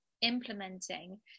implementing